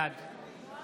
בעד יעקב אשר,